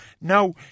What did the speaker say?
Now